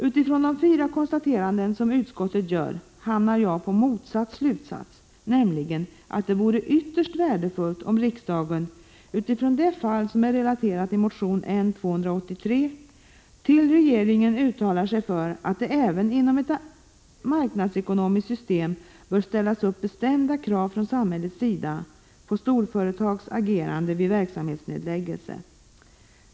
Utifrån de fyra konstateranden som utskottet gör hamnar jag på motsatt slutsats, nämligen att det vore ytterst värdefullt om riksdagen, utifrån det fall som är relaterat i motion N283, till regeringen uttalar sig för att det även inom ett marknadsekonomiskt system bör ställas upp bestämda krav från samhällets sida på storföretags agerande vid verksamhetsnedläggelse.